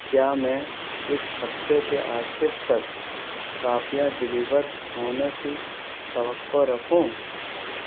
کیا میں اس ہفتے کے آخر تک کاپیاں ڈیلیور ہونے کی توقع رکھوں